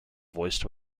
voiced